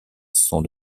son